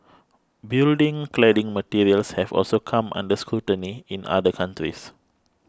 building cladding materials have also come under scrutiny in other countries